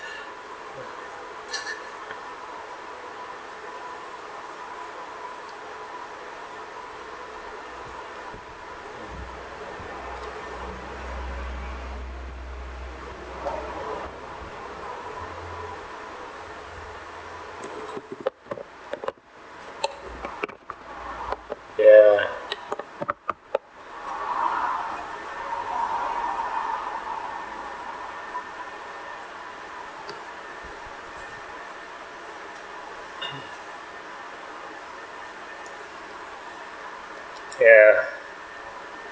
ya ya